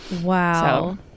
Wow